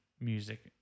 music